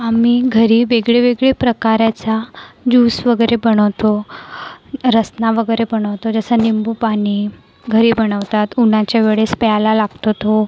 आम्ही घरी वेगळेवेगळे प्रकारचा ज्यूस वगैरे बनवतो रसना वगैरे बनवतो जसं निंबूपानी घरी बनवतात उन्हाच्या वेळेस प्यायला लागतो तो